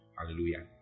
Hallelujah